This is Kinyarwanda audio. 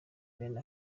bene